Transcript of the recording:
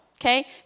okay